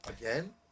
again